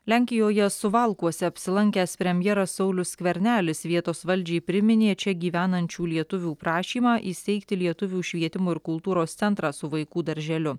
lenkijoje suvalkuose apsilankęs premjeras saulius skvernelis vietos valdžiai priminė čia gyvenančių lietuvių prašymą įsteigti lietuvių švietimo ir kultūros centrą su vaikų darželiu